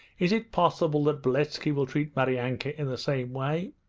is it possible that beletski will treat maryanka in the same way?